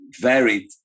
varied